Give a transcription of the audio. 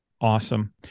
Awesome